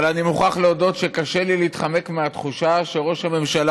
אבל אני מוכרח להודות שקשה לי להתחמק מהתחושה שראש הממשלה